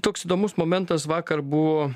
toks įdomus momentas vakar buvo